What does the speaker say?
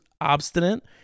obstinate